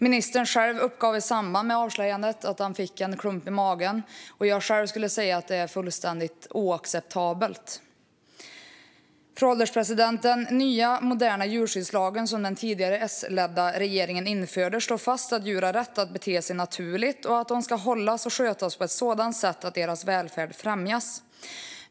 Ministern uppgav i samband med avslöjandet att han fick en klump i magen, och själv skulle jag säga att det är fullkomligt oacceptabelt. Fru ålderspresident! Den nya, moderna djurskyddslag som den tidigare S-ledda regeringen införde slår fast att djur har rätt att bete sig naturligt och att de ska hållas och skötas på ett sådant sätt att deras välfärd främjas.